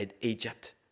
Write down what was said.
Egypt